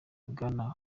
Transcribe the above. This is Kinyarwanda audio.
bwana